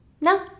no